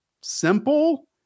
simple